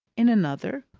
in another,